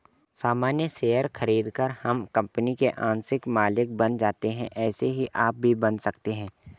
सामान्य शेयर खरीदकर हम कंपनी के आंशिक मालिक बन जाते है ऐसे ही आप भी बन सकते है